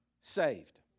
saved